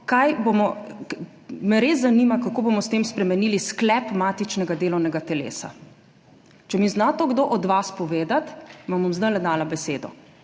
me res zanima, kako bomo s tem spremenili sklep matičnega delovnega telesa? Če mi zna to kdo od vas povedati, vam bom zdaj dala besedo.